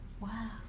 Wow